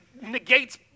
negates